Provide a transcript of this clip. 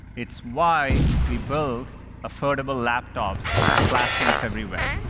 it's why we build affordable laptops for classrooms everywhere.